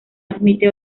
admite